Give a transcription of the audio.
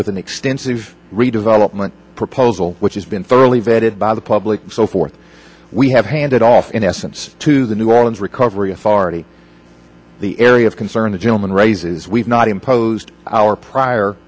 with an extensive redevelopment proposal which has been thoroughly vetted by the public so forth we have handed off in essence to the new orleans recovery authority the area of concern the gentleman raises we've not imposed our prior